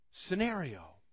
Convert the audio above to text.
Scenario